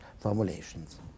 formulations